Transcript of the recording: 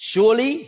Surely